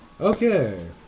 Okay